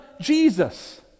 Jesus